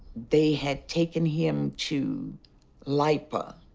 they had taken him to lipa,